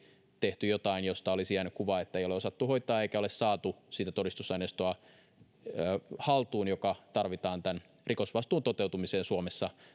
tehty jotain josta olisi jäänyt kuva että ei ole osattu hoitaa eikä ole saatu haltuun sitä todistusaineistoa joka tarvitaan tämän rikosvastuun toteutumiseen suomessa